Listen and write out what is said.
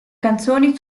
canzoni